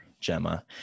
Gemma